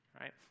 right